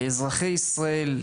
אזרחי ישראל,